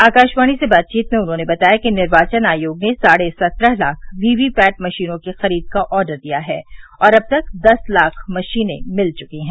आकाशवाणी से बातचीत में उन्होंने बताया कि निर्वाचन आयोग ने साढ़े सत्रह लाख वीवीपैट मशीनों की खरीद का ऑर्डर दिया है और अब तक दस लाख मशीनें मिल चुकी हैं